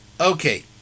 Okay